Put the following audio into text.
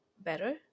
better